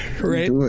Right